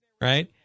Right